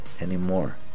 anymore